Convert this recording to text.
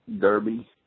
Derby